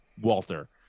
Walter